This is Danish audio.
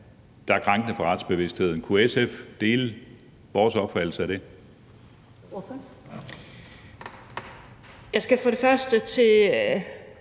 der er krænkende for retsbevidstheden. Kunne SF dele vores opfattelse af det?